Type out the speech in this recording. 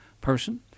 person